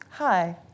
Hi